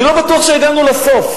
אני לא בטוח שהגענו לסוף,